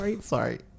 Sorry